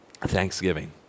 thanksgiving